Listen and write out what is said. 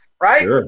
right